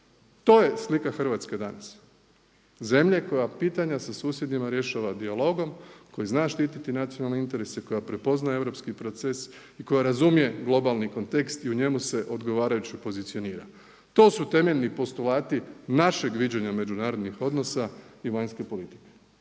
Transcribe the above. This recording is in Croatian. To je slika Hrvatske danas, zemlje koja pitanja sa susjedima rješava dijalogom, koji zna štititi nacionalne interese i koja prepoznaje europski proces i koja razumije globalni kontekst i u njemu se odgovarajuće pozicionira. To su temeljni postulati našeg viđenja međunarodnih odnosa i vanjske politike.